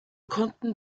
konnten